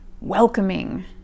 welcoming